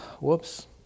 whoops